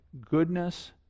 goodness